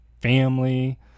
family